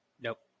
nope